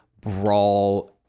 brawl